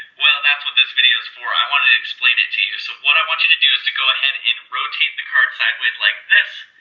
well, that's what this video is for. i wanted to explain it to you. so what i want you to do is to go ahead and rotate the card sideways like this.